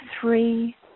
three